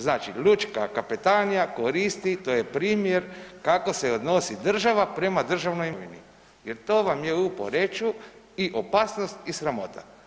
Znači, lučka kapetanija koristi, to je primjer kako se odnosi država prema državnoj imovini jer to vam je u Poreču i opasnost i sramota.